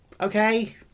okay